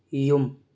ꯌꯨꯝ